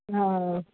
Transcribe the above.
हा